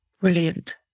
Brilliant